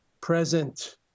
present